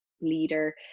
leader